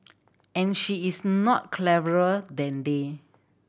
and she is not cleverer than they